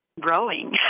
growing